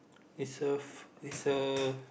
is a is a